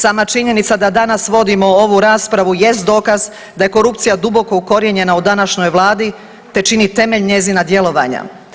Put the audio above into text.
Sama činjenica da danas vodimo ovu raspravu jest dokaz da je korupcija duboko ukorijenjena u današnjoj Vladi, te čini temelj njezina djelovanja.